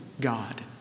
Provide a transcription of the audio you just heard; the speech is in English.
God